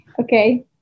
Okay